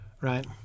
Right